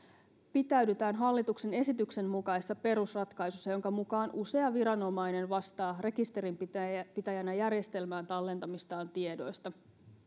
pitäydytään hallituksen esityksen mukaisessa perusratkaisussa jonka mukaan usea viranomainen vastaa rekisterinpitäjänä järjestelmään tallentamistaan tiedoista